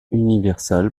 universal